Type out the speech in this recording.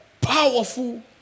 powerful